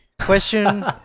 Question